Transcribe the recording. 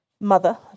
Mother